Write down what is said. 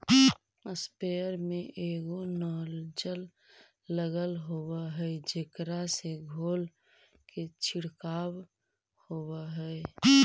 sprayer में एगो nozzle लगल होवऽ हई जेकरा से धोल के छिडकाव होवऽ हई